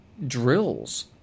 drills